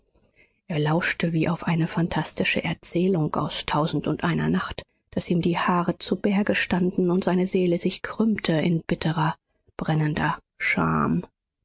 er lauschte wie auf eine phantastische erzählung aus tausendundeiner nacht daß ihm die haare zu berge standen und seine seele sich krümmte in bitterer brennender scham